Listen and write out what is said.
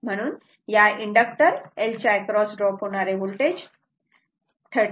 म्हणून या inductor L च्या एक्रॉस ड्रॉप होणारे वोल्टेज 39